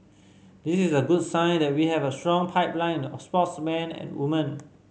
this is a good sign that we have a strong pipeline of sportsmen and women